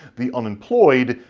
the unemployed,